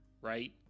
right